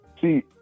see